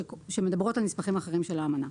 שמדברות על נספחים אחרים של האמנה.